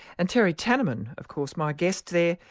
and terry tamminen of course, my guest there,